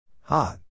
Hot